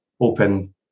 open